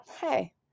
hey